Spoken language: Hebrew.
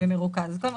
קודם כל,